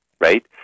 right